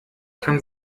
kann